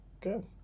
Good